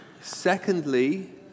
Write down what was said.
Secondly